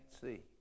see